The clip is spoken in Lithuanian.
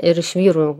ir iš vyrų